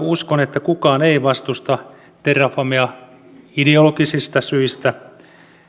uskon että kukaan ei vastusta terrafamea ideologisista syistä